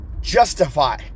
justify